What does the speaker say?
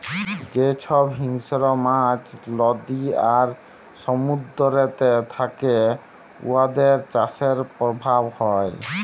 যে ছব হিংস্র মাছ লদী আর সমুদ্দুরেতে থ্যাকে উয়াদের চাষের পরভাব হ্যয়